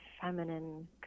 feminine